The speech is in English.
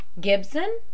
Gibson